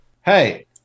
hey